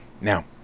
Now